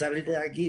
צר לי לומר.